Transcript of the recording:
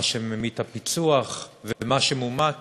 מה שממיתה הפיצו"ח ומה שמומת